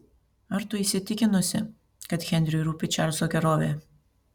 ar tu įsitikinusi kad henriui rūpi čarlzo gerovė